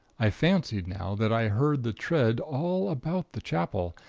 i fancied now, that i heard the tread all about the chapel.